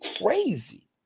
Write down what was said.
crazy